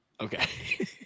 Okay